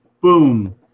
Boom